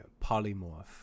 polymorph